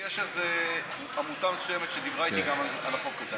יש איזו עמותה מסוימת שדיברה איתי על החוק הזה,